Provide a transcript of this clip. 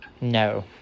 no